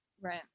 Right